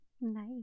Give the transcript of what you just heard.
nice